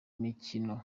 mikino